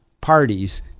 parties